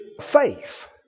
faith